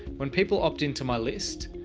when people opt into my list,